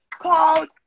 called